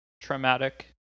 traumatic